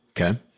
Okay